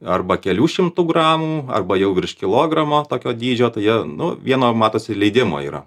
arba kelių šimtų gramų arba jau virš kilogramo tokio dydžio tai jie nu vieno matosi leidimo yra